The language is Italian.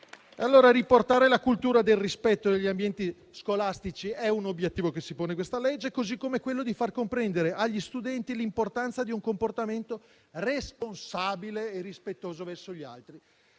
Riportare la cultura del rispetto degli ambienti scolastici è un obiettivo che si pone questo provvedimento, così come quello di far comprendere agli studenti l'importanza di un comportamento responsabile e rispettoso verso gli altri.